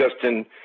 Justin